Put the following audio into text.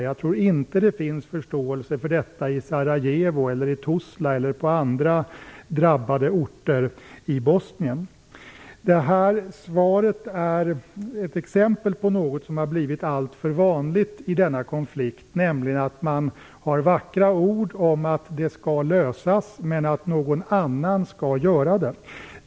Jag tror inte att det finns förståelse för detta i Sarajevo eller Tuzla eller på andra drabbade orter i Svaret är ett exempel på något som har blivit alltför vanligt i denna konflikt, nämligen att man talar vackra ord om att den skall lösas, men att någon annan skall göra det.